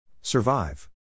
Survive